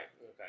Okay